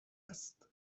است